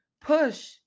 push